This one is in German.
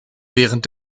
während